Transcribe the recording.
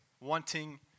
wanting